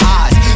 eyes